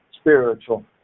spiritual